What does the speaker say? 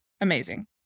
amazing